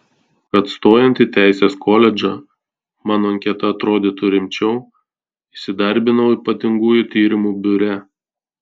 kad stojant į teisės koledžą mano anketa atrodytų rimčiau įsidarbinau ypatingųjų tyrimų biure